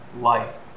life